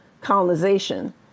colonization